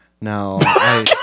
No